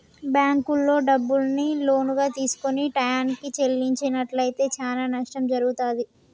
బ్యేంకుల్లో డబ్బుని లోనుగా తీసుకొని టైయ్యానికి చెల్లించనట్లయితే చానా నష్టం జరుగుతాది